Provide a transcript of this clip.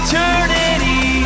Eternity